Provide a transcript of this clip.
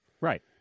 Right